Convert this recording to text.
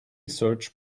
search